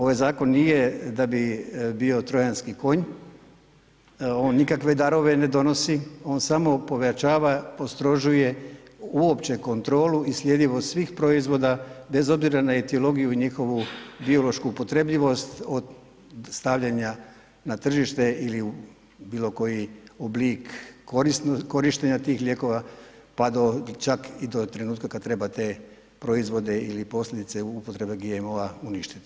Ovaj zakon nije da bi bio Trojanski konj, on nikakve darove ne donosi, on samo pojačava, postrožuje uopće kontrolu i sljedivost svih proizvoda bez obzira na etiologiju i njihovu biološku upotrebljivost od stavljanja na tržište ili u bilo koji oblik korištenja tih lijekova pa i do trenutka kada treba te proizvode ili posljedice upotrebe GMO-a uništiti.